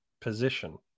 position